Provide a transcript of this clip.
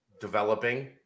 developing